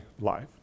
life